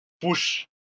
push